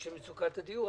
בנוגע למצוקת הדיור.